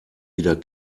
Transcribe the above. wieder